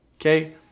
okay